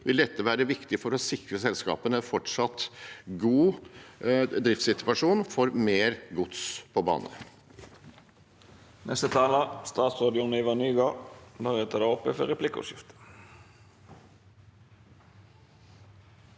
vil dette være viktig for å sikre selskapene en fortsatt god driftssituasjon for mer gods på bane.